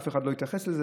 שאף אחד לא התייחס אליו,